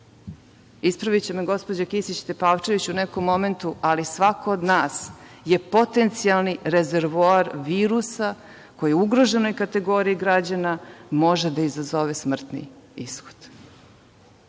Ispraviće me, gospođa Kisić Tepavčević, u nekom momentu, ali svako od nas je potencijalni rezervoar virusa, koji ugroženoj kategoriji građana može da izazove smrtni ishod.